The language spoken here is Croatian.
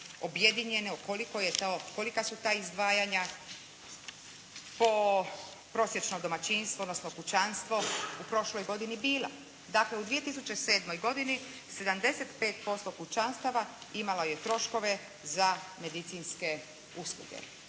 je to, kolika su ta izdvajanja po prosječnom domaćinstvo odnosno kućanstvo bila. Dakle, u 2007. godini 75% kućanstva imalo je troškove za medicinske usluge.